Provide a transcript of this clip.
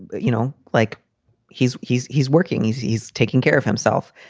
you know, like he's he's he's working. he's he's taking care of himself,